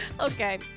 Okay